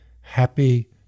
happy